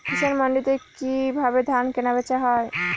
কৃষান মান্ডিতে কি ভাবে ধান কেনাবেচা হয়?